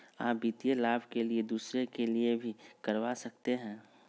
आ वित्तीय लाभ के लिए दूसरे के लिए भी करवा सकते हैं?